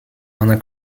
one